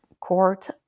court